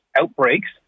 outbreaks